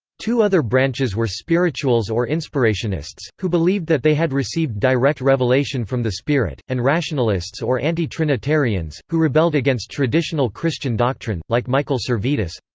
two other branches were spirituals or inspirationists, who believed that they had received direct revelation from the spirit, and rationalists or anti-trinitarians, who rebelled against traditional christian doctrine, like michael servetus.